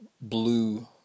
blue